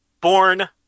Born